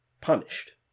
punished